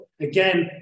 again